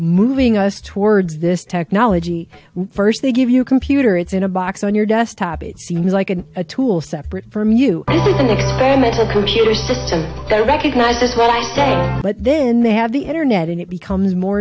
moving us towards this technology st they give you a computer it's in a box on your desktop it seems like an a tool separate from you as well but then they have the internet and it becomes more